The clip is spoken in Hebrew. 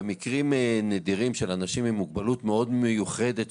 במקרים נדירים של אנשים עם מוגבלות מאוד מיוחדת,